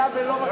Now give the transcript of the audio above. היה ולא,